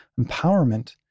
empowerment